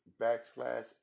backslash